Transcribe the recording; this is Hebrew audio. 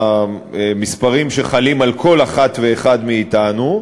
המספרים שחלים על כל אחת ואחד מאתנו,